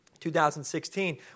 2016